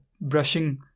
brushing